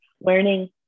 learning